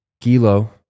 Gilo